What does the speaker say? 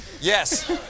Yes